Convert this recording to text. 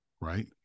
right